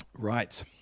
Right